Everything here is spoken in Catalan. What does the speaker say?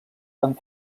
amb